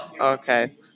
Okay